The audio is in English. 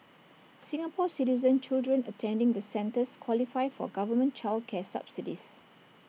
Singapore Citizen children attending the centres qualify for government child care subsidies